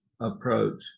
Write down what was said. approach